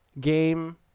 game